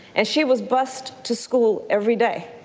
and she was bused to school every day.